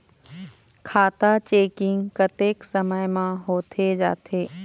खाता चेकिंग कतेक समय म होथे जाथे?